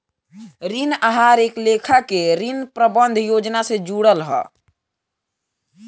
ऋण आहार एक लेखा के ऋण प्रबंधन योजना से जुड़ल हा